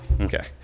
Okay